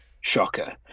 shocker